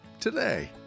today